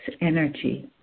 energy